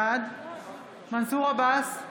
בעד מנסור עבאס,